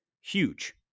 huge